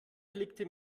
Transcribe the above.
blickte